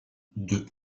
deux